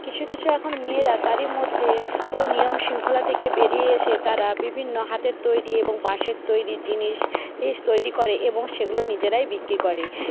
কিছু কিছু এখন মেয়েরা তারই মধ্যে ওই নিয়ম শৃঙ্খলা থেকে বেরিয়ে এসে তারা বিভিন্ন হাতের তৈরি এবং বাঁশের তৈরি জিনিস তৈরি করে এবং সেগুলো নিজেরাই বিক্রি করে